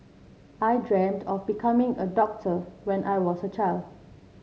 I dreamt of becoming a doctor when I was a child